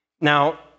Now